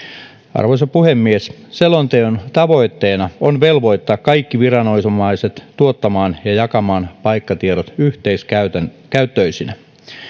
arvoisa puhemies selonteon tavoitteena on velvoittaa kaikki viranomaiset tuottamaan ja jakamaan paikkatiedot yhteiskäyttöisinä